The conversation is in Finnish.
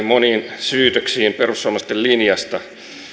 moniin syytöksiin perussuomalaisten linjasta